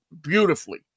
beautifully